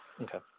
Okay